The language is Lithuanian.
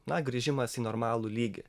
na grįžimas į normalų lygį